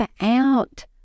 out